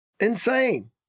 insane